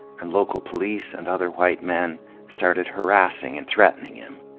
and local police and other white men started harassing and threatening him.